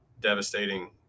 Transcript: devastating